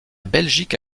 belgique